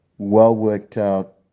well-worked-out